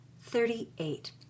thirty-eight